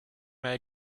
mai